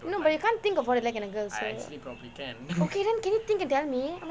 no but you can't think of what you like in a girl so okay then can you think and tell me